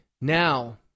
Now